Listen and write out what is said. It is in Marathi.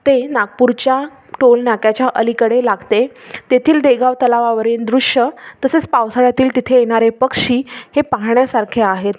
ते नागपूरच्या टोलनाक्याच्या अलीकडे लागते तेथील देगाव तलावावरील दृश्य तसेच पावसाळ्यातील तिथे येणारे पक्षी हे पाहण्यासारखे आहेत